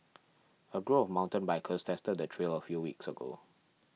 a group of mountain bikers tested the trail a few weeks ago